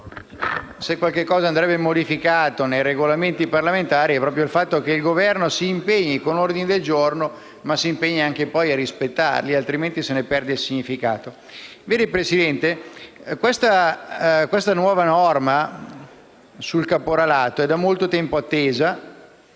se qualcosa andrebbe modificato nei Regolamenti parlamentari è proprio il fatto che se il Governo si impegna con gli ordini del giorno poi dovrebbe impegnarsi a rispettarli altrimenti se ne perde il significato. Questa nuova norma sul caporalato è da molto tempo attesa